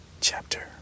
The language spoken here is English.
Chapter